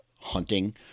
hunting